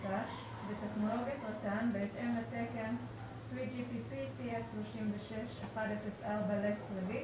מס"ש) בטכנולוגיית רט"ן בהתאם לתקן 3GPP TS 36.104 Last relese